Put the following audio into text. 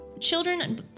children